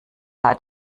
hat